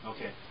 Okay